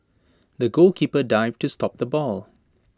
the goalkeeper dived to stop the ball